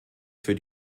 für